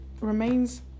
remains